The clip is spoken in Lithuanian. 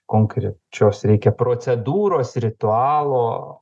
konkrečios reikia procedūros ritualo